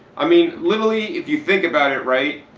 i mean literally if you think about it right,